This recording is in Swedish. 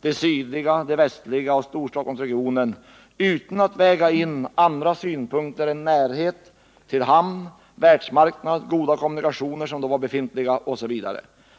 de sydliga och de västliga delarna samt Storstockholmsregionen utan att väga in andra synpunkter än närhet till hamn, världsmarknad, goda kommunikationer som då var befintliga osv.